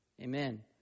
Amen